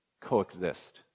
coexist